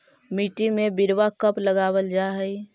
मिट्टी में बिरवा कब लगावल जा हई?